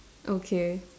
okay